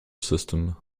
system